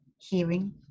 Hearing